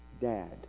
dad